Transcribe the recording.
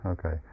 Okay